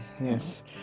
yes